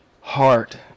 heart